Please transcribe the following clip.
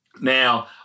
Now